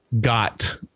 got